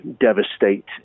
devastate